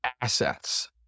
assets